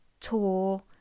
tour